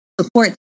Support